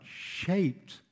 shaped